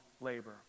labor